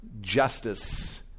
justice